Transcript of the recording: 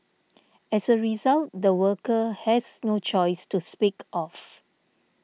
as a result the worker has no choice to speak of